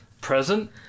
Present